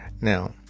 Now